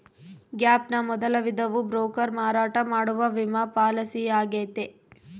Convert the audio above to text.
gap ನ ಮೊದಲ ವಿಧವು ಬ್ರೋಕರ್ ಮಾರಾಟ ಮಾಡುವ ವಿಮಾ ಪಾಲಿಸಿಯಾಗೈತೆ